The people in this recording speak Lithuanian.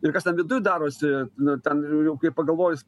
ir kas ten viduj darosi nu ten jau kai pagalvojus